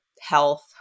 health